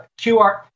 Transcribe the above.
QR